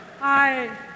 Hi